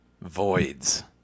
Voids